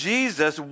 Jesus